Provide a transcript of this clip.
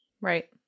Right